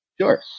Sure